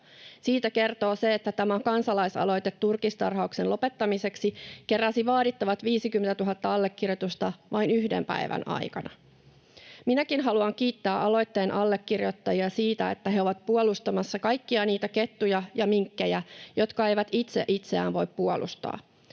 Siitä kertoo se, että tämä kansalaisaloite turkistarhauksen lopettamiseksi keräsi vaadittavat 50 000 allekirjoitusta vain yhden päivän aikana. Minäkin haluan kiittää aloitteen allekirjoittajia siitä, että he ovat puolustamassa kaikkia niitä kettuja ja minkkejä, jotka eivät itse itseään voi puolustaa.